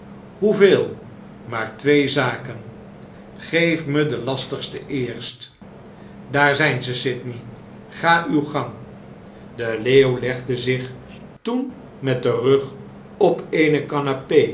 hoeveel fl maar twee zaken geef me de lastigste eerst daar zn'n ze sydney ga uw gang de leeuw legde zich toen met den rug op eene